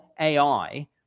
AI